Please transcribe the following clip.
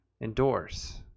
endorse